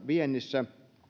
viennissä